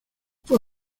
fue